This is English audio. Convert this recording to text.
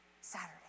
Saturday